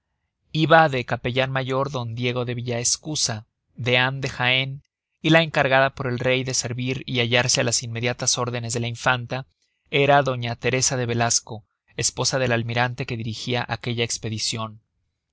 iba de capellan mayor d diego de villaescusa dean de jaen y la encargada por el rey de servir y hallarse á las inmediatas órdenes de la infanta era doña teresa de velasco esposa del admirante que dirigia aquella espedicion